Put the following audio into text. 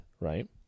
right